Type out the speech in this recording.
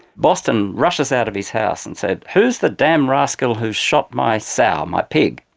boston rushes out of his house and says, who's the damn rascal who shot my sow, my pig?